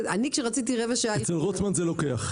כשרציתי רבע שעה -- אצל רוטמן זה לוקח.